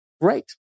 great